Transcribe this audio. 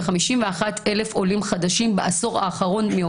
כ-51,000 עולים חדשים בעשור האחרון.